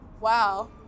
Wow